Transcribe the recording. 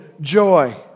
joy